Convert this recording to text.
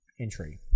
entry